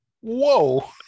Whoa